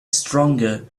stronger